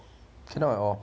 cannot at all